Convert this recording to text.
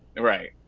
right,